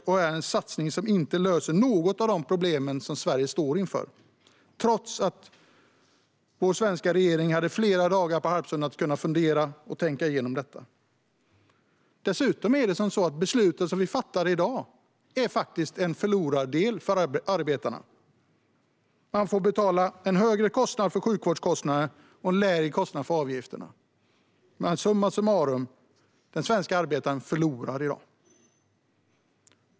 Det är en satsning som inte löser något av de problem som Sverige står inför, trots att regeringen hade flera dagar på Harpsund då man kunde ha funderat på och tänkt igenom detta. Dessutom är det beslut vi fattar i dag en förlorad del för arbetarna. Man får betala en högre avgift för sjukvårdskostnaden och en lägre kostnad för fackföreningsavgifterna. Summa summarum förlorar den svenska arbetaren i dag.